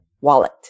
wallet